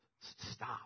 Stop